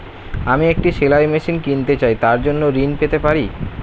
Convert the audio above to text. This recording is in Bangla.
আমি একটি সেলাই মেশিন কিনতে চাই তার জন্য ঋণ পেতে পারি?